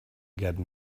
get